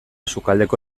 sukaldeko